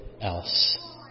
else